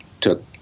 took